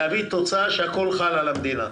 תוצאה שאומרת שהכול חל על המדינה,